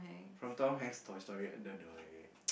from Tom-Hanks Toy-Story another way